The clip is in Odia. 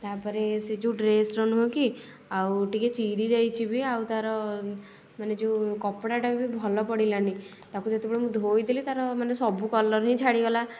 ତା'ପରେ ସେହି ଯେଉଁ ଡ୍ରେସ୍ର ନୁହେଁ କି ଆଉ ଟିକେ ଚିରି ଯାଇଛି ବି ଆଉ ତା'ର ମାନେ ଯେଉଁ କପଡ଼ାଟା ବି ଭଲ ପଡ଼ିଲାନି ତାକୁ ଯେତେବେଳେ ମୁଁ ଧୋଇଦେଲି ତା'ର ମାନେ ସବୁ କଲର୍ ହିଁ ଛାଡ଼ିଗଲା